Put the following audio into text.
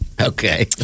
Okay